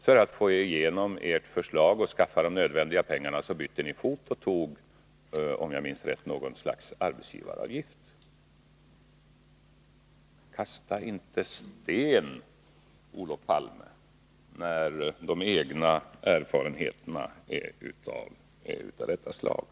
För att få igenom ert förslag och skaffa de nödvändiga pengarna bytte ni fot och tog, om jag minns rätt, något slags arbetsgivaravgift. Kasta inte sten, Olof Palme, när de egna erfarenheterna är av detta slag.